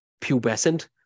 pubescent